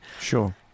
Sure